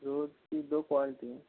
रोज़ की दो क्वालिटी हैं